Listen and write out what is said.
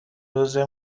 روزه